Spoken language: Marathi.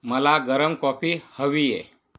मला गरम कॉपी हवी आहे